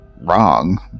wrong